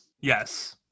yes